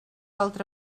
altre